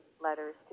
letters